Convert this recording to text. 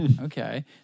okay